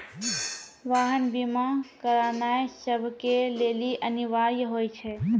वाहन बीमा करानाय सभ के लेली अनिवार्य होय छै